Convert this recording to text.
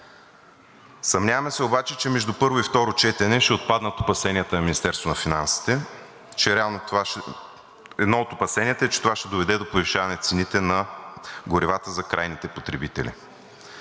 Съмняваме се обаче, че между първо и второ четене ще отпаднат опасенията на Министерството на финансите. Едно от опасенията е, че това ще доведе до повишаване на цените на горивата за крайните потребители.